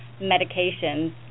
medications